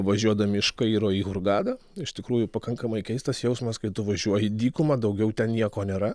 važiuodami iš kairo į hurgadą iš tikrųjų pakankamai keistas jausmas kai tu važiuoji dykuma daugiau ten nieko nėra